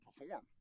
perform